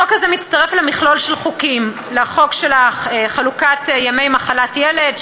החוק הזה מצטרף למכלול של חוקים: לחוק של חלוקת ימי מחלת ילד,